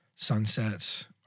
Sunsets